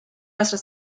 nuestra